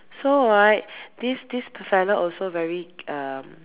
so right this this fella also very uh